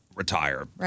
retire